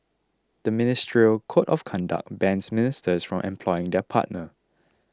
the ministerial code of conduct bans ministers from employing their partner